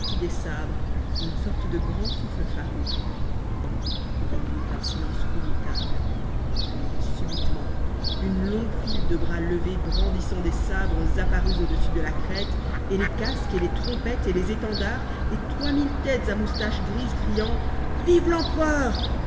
sabres et une sorte de grand souffle farouche il y eut un silence redoutable puis subitement une longue file de bras levés brandissant des sabres apparut au-dessus de la crête et les casques et les trompettes et les étendards et trois mille têtes à moustaches grises criant vive l'empereur